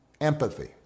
empathy